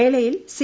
മേളയിൽ സി